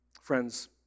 friends